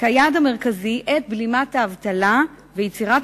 כיעד המרכזי את בלימת האבטלה ויצירת